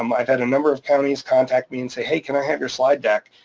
um i've had a number of counties contact me and say, hey, can i have your slide deck?